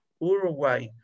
Uruguay